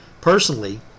Personally